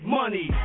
money